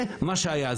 זה מה שהיה.